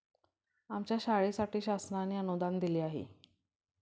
आमच्या शाळेसाठी शासनाने अनुदान दिले आहे